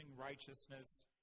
righteousness